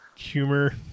humor